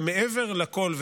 ומעבר לכול,